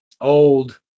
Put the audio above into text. old